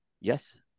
Yes